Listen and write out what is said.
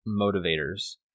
motivators